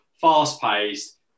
fast-paced